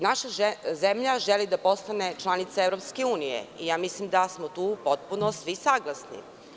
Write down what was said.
Naša zemlja želi da postane članica EU i mislim da smo tu potpuno svi saglasni.